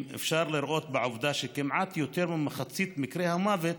אפשר לראות בעובדה שכמעט יותר ממחצית מקרי המוות